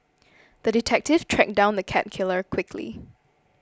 the detective tracked down the cat killer quickly